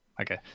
okay